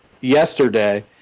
yesterday